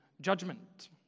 judgment